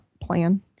plan